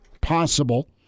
possible